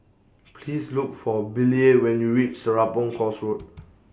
Please Look For Billye when YOU REACH Serapong Course Road